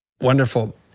Wonderful